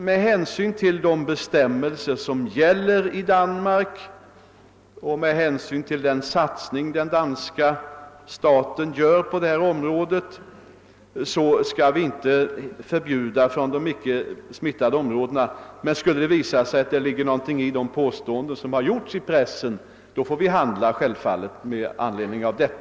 Med hänsyn till de bestämmelser som gäller i Danmark och till den satsning som den danska staten gör på detta område kommer vi inte att förbjuda införsel från de icke smittade områdena. Men skulle det visa sig att det ligger någonting i de påståenden som gjorts i pressen får vi självfallet handla på annat sätt.